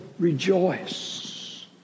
Rejoice